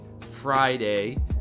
Friday